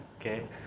Okay